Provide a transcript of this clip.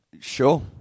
Sure